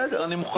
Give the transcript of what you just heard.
בסדר, אני מוכן.